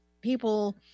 people